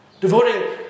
Devoting